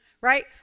right